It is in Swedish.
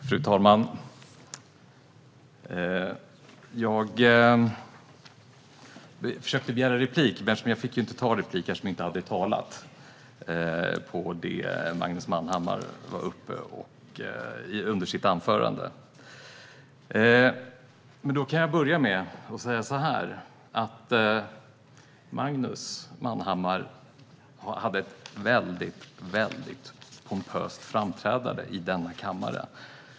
Fru talman! Jag försökte begära replik under Magnus Manhammars anförande. Jag fick inte ta replik eftersom jag inte hade talat, men jag kan börja med att säga så här: Magnus Manhammar gjorde ett väldigt pompöst framträdande i denna kammare.